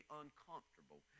uncomfortable